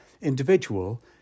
individual